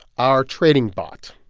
our trading bot,